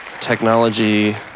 technology